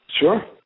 Sure